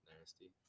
nasty